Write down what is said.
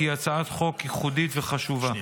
כי היא הצעת חוק ייחודית וחשובה.